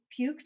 puked